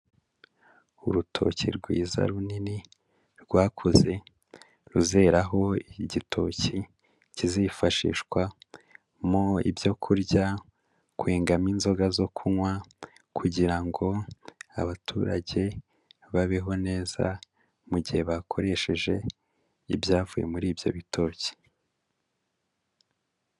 Urutoki rwiza runini rwakoze ruzereraho igitoki kizifashishwamo ibyo kurya, kwengamo inzoga zo kunywa kugira ngo abaturage babeho neza mu gihe bakoresheje ibyavuye muri ibyo bitoki.